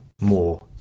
more